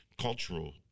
cultural